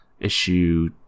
issue